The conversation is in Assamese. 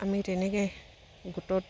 আমি তেনেকৈ গোটত